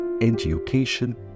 education